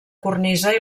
cornisa